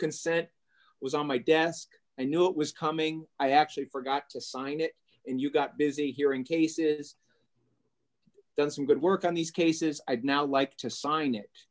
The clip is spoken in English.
consent was on my desk i knew it was coming i actually forgot to sign it and you got busy here in case it is done some good work on these cases i'd now like to sign it